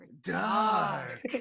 dark